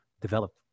develop